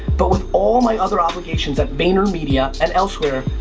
but with all my other obligations at vaynermedia and elsewhere,